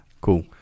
Cool